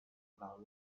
now